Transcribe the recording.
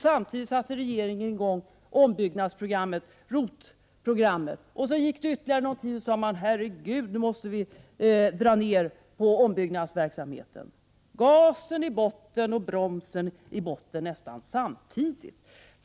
Samtidigt satte regeringen i gång ombyggnadsprogrammet ROT. Efter ytterligare någon tid sade man att ombyggnadsverksamheten måste dras ned. Man trampade gasen och bromsen i botten nästan samtidigt.